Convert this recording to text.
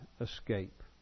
escape